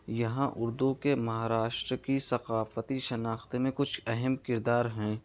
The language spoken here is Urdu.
یہاں اردو کے مہاراشٹر کی ثقافتی شناخت نے کچھ اہم کردار ہیں